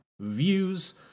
views